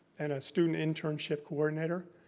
and a student internship coordinator,